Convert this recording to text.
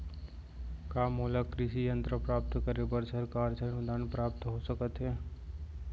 का मोला कृषि यंत्र प्राप्त करे बर सरकार से अनुदान प्राप्त हो सकत हे?